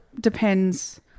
depends